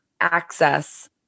access